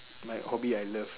my hobby I love